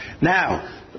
Now